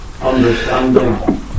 understanding